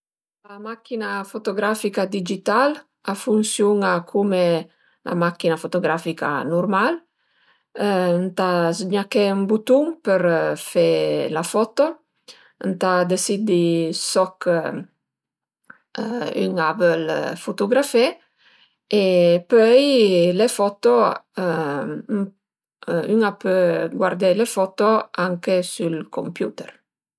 La macchina fotografica digital a funsiun-a cume la macchina fotografica nurmal, ëntà zgnaché ün butun per fe la foto, ëntà dësiddi soch ün a völ futugrafé e pöi le foto ün a pö guardé le foto anche s'ël computer